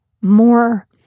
more